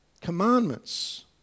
commandments